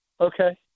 Okay